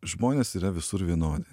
žmonės yra visur vienodi